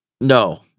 No